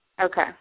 Okay